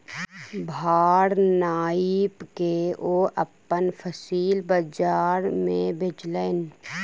भार नाइप के ओ अपन फसिल बजार में बेचलैन